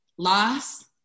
loss